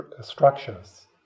structures